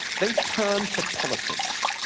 they turn to politics,